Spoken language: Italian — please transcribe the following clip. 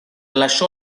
lasciò